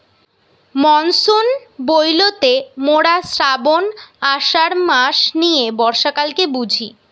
monsoon বইলতে মোরা শ্রাবন, আষাঢ় মাস নিয়ে বর্ষাকালকে বুঝি